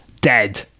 dead